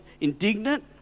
indignant